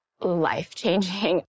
life-changing